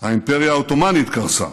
האימפריה העות'מאנית קרסה,